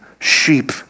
sheep